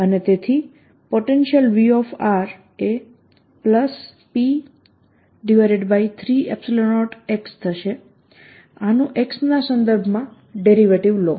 અને તેથી potential V એ P30x થશે આનું x ના સંદર્ભમાં ડેરિવેટિવ લો